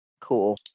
cool